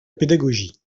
pédagogie